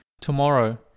Tomorrow